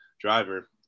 driver